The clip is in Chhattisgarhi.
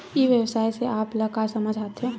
ई व्यवसाय से आप ल का समझ आथे?